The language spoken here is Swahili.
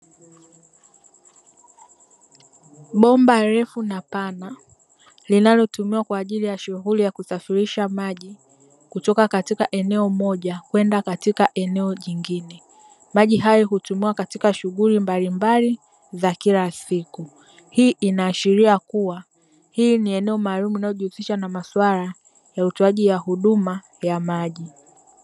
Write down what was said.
Bomba refu na pana linalotumiwa kwa ajili ya shughuli ya kusafirisha maji, kutoka katika eneo moja kwenda katika eneo jingine. Maji hayo hutumiwa katika shughuli mbalimbali za kila siku. Hii inaashiria kuwa, hii ni eneo maalumu linalojihusisha na maswala ya utoaji wa huduma ya maji.